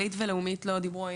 הלאה.